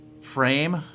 Frame